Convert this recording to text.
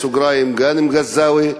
בסוגריים גאנם גזאווי,